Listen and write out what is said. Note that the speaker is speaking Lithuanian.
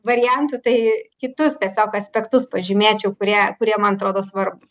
variantų tai kitus tiesiog aspektus pažymėčiau kurie kurie man atrodo svarbūs